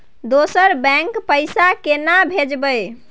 दोसर बैंक पैसा केना भेजबै?